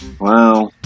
Wow